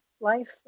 life